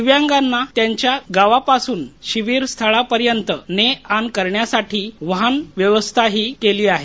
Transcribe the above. दिव्यांगांना त्यांच्या गावांपासून शिबीर स्थळापर्यंत ने आण करण्यासाठी वाहन व्यवस्थाही केली आहे